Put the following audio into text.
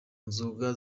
nzoga